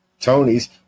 Tony's